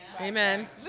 Amen